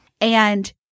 And-